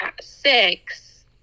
six